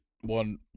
one